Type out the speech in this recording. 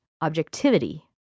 objectivity